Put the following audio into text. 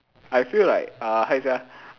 I feel like uh how you say ah